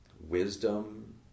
wisdom